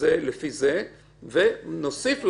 לפי חוק המאבק בטרור, שזה נוסף לנו,